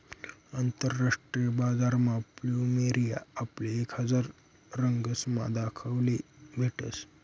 आंतरराष्ट्रीय बजारमा फ्लुमेरिया आपले एक हजार रंगसमा दखाले भेटस